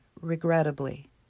regrettably